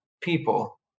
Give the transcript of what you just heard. people